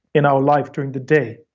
in our life during the day.